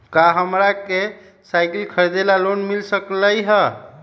का हमरा के साईकिल खरीदे ला लोन मिल सकलई ह?